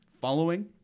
following